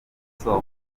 soko